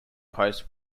post